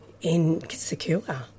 insecure